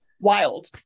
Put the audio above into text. wild